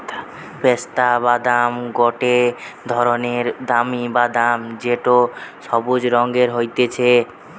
পেস্তা বাদাম গটে ধরণের দামি বাদাম যেটো সবুজ রঙের হতিছে